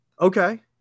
Okay